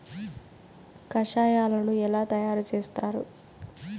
కషాయాలను ఎలా తయారు చేస్తారు?